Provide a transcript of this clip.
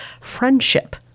friendship